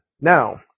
now